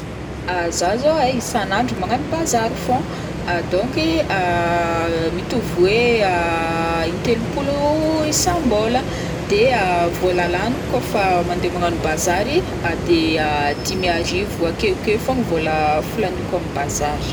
zah zao ai isan'andro magnano bazary fogna, donc ii mitovy hoe in-telompolo isam-bolagna, de vola laniko kaofa mandeha magnano bazary de dimy arivo akeokeo fogna vola filaniko amin'ny bazary.